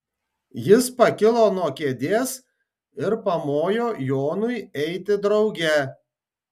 jis pakilo nuo kėdės ir pamojo jonui eiti drauge